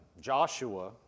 Joshua